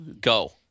Go